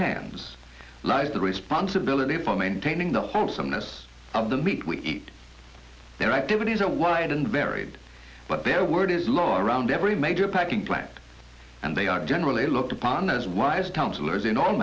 hands lies the responsibility for maintaining the wholesomeness of the meat we eat their activities are wide and varied but their word is law around every major packing plant and they are generally looked upon as wise counsel as in all